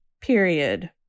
period